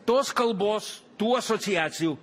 tos kalbos tų asociacijų